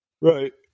right